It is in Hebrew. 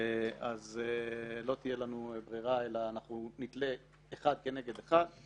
אז לא תהיה לנו ברירה אלא לתלות אחד כנגד אחד.